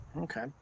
Okay